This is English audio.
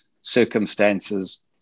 circumstances